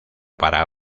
para